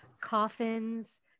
Coffins